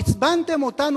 עצבנתם אותנו,